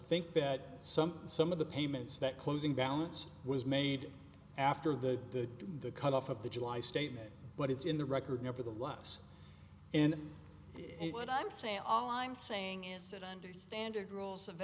think that some some of the payments that closing down it's was made after that the cut off of the july statement but it's in the record nevertheless and what i'm saying all i'm saying is that under standard rules of